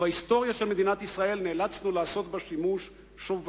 ובהיסטוריה של מדינת ישראל נאלצנו לעשות בה שימוש שוב ושוב,